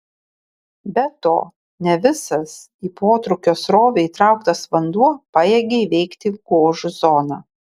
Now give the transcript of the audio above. be to ne visas į protrūkio srovę įtrauktas vanduo pajėgia įveikti gožų zoną